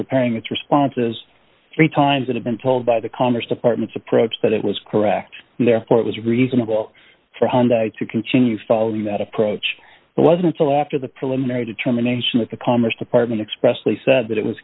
preparing its responses three times and i've been told by the commerce department approach that it was correct and therefore it was reasonable for honda to continue following that approach but was until after the preliminary determination that the commerce department expressly said that it was